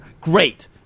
Great